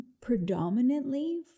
predominantly